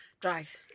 Drive